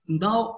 now